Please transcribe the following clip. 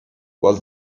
was